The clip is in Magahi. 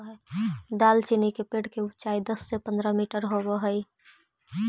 दालचीनी के पेड़ के ऊंचाई दस से पंद्रह मीटर होब हई